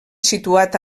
situat